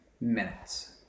minutes